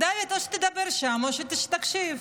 דוד, או שתדבר שם או שתקשיב.